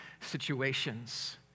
situations